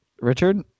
Richard